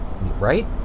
Right